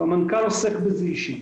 המנכ"ל עוסק בזה אישית.